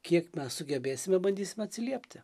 kiek mes sugebėsime bandysim atsiliepti